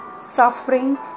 suffering